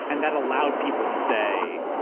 and that allowed people to say,